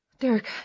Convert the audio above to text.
Derek